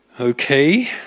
Okay